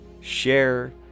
share